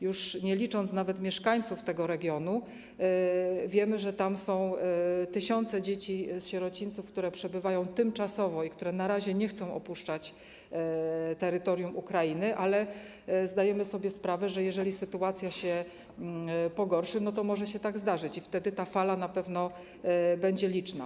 Już nie licząc nawet mieszkańców tego regionu, tam są tysiące dzieci z sierocińców, które przebywają tymczasowo i które na razie nie chcą opuszczać terytorium Ukrainy, ale zdajemy sobie sprawę, że jeżeli sytuacja się pogorszy, to może się tak zdarzyć i wtedy ta fala na pewno będzie duża.